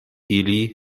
ili